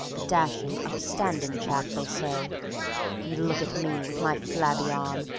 a dashing, upstanding chap, they say and look at me with my flabby arm,